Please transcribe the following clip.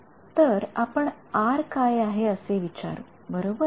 तर आपण R काय आहे असे विचारू बरोबर